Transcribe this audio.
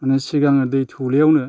माने सिगां दै थौलेयावनो